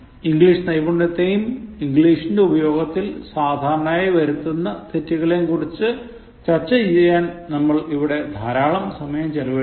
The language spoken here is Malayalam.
ഇംഗ്ലീഷ് നൈപുന്യത്തെയും ഇംഗ്ലീഷിന്റെ ഉപയോഗത്തിൽ സാധാരണയായി വരുത്തുന്ന തെറ്റുകളെയും കുറിച്ചു ചർച്ച ചെയ്യാൻ നമ്മൾ ഇവിടെ ധാരാളം സമയം ചിലവഴിച്ചു